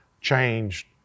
changed